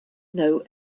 know